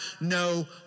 no